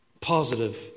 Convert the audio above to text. positive